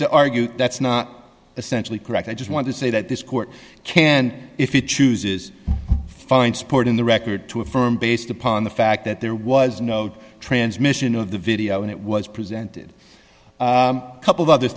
to argue that's not essentially correct i just want to say that this court canned if you chooses find sport in the record to affirm based upon the fact that there was no doubt transmission of the video and it was presented cup of other